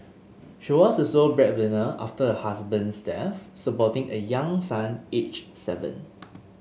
she was the sole breadwinner after her husband's death supporting a young son aged seven